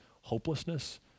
hopelessness